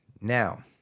now